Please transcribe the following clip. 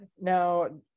Now